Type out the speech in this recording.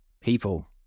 people